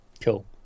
Cool